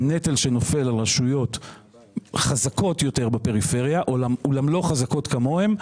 הנטל שנופל על רשויות חזקות יותר בפריפריה אולם לא חזקות כמוהן,